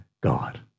God